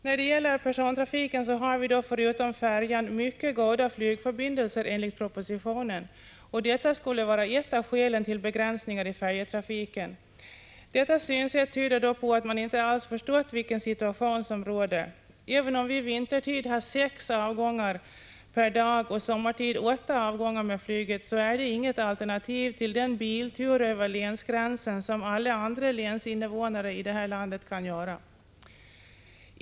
När det gäller persontrafiken har vi enligt propositionen förutom färjan mycket goda flygförbindelser. Detta skulle vara ett av skälen till begräns 141 ningar i färjetrafiken. Detta synsätt tyder på att man inte alls förstått vilken situation som råder. Även om vi vintertid har sex avgångar per dag och sommartid åtta avgångar per dag med flyget är det inget alternativ till den biltur över länsgränsen som invånarna i alla andra län i landet kan göra.